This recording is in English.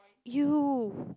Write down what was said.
you